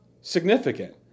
significant